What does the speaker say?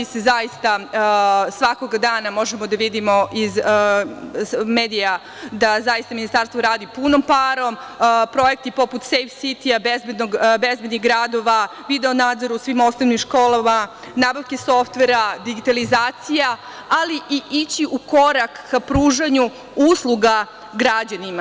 Svakoga dana možemo da vidimo iz medija da zaista Ministarstvo radi punom parom, projekti poput „Sejf sitija“, bezbednih gradova, video nadzora u svi osnovnim školama, nabavke softvera, digitalizacija, ali i ići u korak ka pružanju usluga građanima.